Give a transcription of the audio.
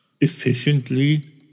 efficiently